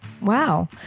Wow